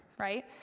right